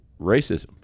racism